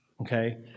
okay